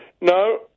No